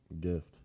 gift